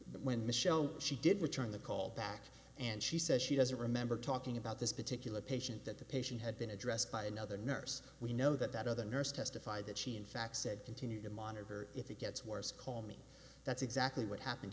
that when michele she did return the call back and she says she doesn't remember talking about this particular patient that the patient had been addressed by another nurse we know that that other nurse testified that she in fact said continue to monitor if it gets worse call me that's exactly what happened